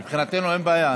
מבחינתנו, אין בעיה.